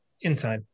Inside